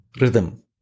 rhythm